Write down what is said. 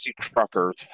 truckers